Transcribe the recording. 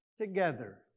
together